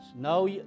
No